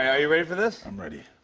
are you ready for this? i'm ready.